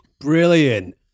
Brilliant